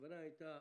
הכוונה הייתה,